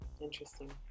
interesting